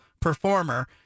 performer